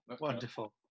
Wonderful